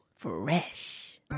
fresh